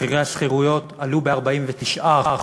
מחירי השכירות עלו ב-49%.